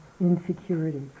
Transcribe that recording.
insecurity